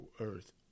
earth